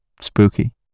spooky